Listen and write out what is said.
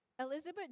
Elizabeth